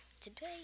Today